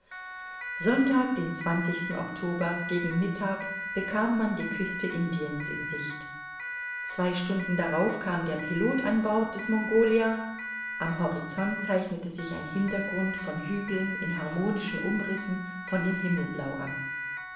sonntag den oktober gegen mittag bekam man die küste indiens in sicht zwei stunden darauf kam der pilot an bord des mongolia am horizont zeichnete sich ein hintergrund von hügeln in harmonischen umrissen von dem himmelblau ab